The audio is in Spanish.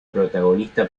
protagonista